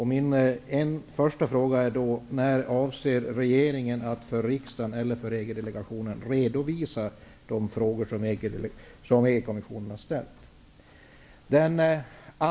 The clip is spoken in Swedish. Min första fråga är: När avser regeringen att för riksdagen eller för EG delegationen redovisa de frågor som EG kommissionen har ställt?